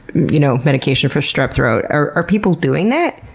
you know, medication for strep throat. are people doing that?